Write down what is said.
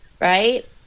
right